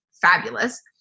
fabulous